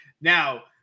now